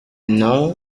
non